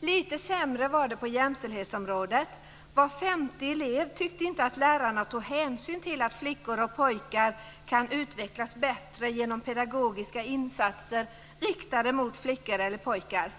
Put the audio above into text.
Lite sämre var det på jämställdhetsområdet. Var femte elev tyckte inte att lärarna tog hänsyn till att flickor och pojkar kan utvecklas bättre genom pedagogiska insatser riktade mot flickor eller pojkar.